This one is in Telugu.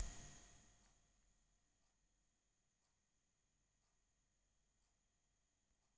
కే.వై.సీ కోసం కావాల్సిన డాక్యుమెంట్స్ ఎంటి?